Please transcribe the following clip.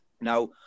now